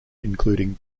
including